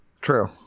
true